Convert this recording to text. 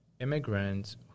immigrants